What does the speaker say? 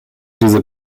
diese